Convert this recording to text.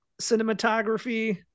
cinematography